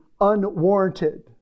unwarranted